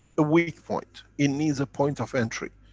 a weak point. it needs a point of entry.